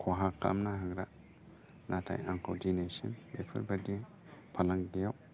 खहा खालामना होग्रा नाथाय आंखौ दिनैसिम बेफोरबादि फालांगियाव